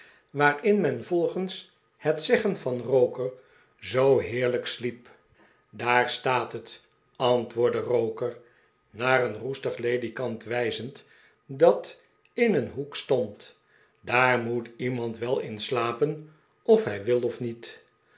waarin men volgens net zeggen van roker zoo heerlijk sliep daar staat het antwoordde roker naar een roestig ledikant wijzend dat in een hoek stond daar moet iemand wel in slapen of hij wil of niet